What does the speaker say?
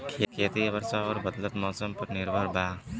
खेती वर्षा और बदलत मौसम पर निर्भर बा